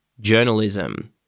journalism